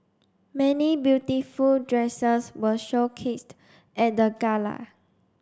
many beautiful dresses were showcased at the gala